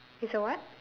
it's a what